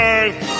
Earth